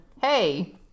Hey